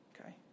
Okay